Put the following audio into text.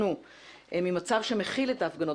ממצב שמכיל את ההפגנות,